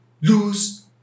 lose